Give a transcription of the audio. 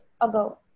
ago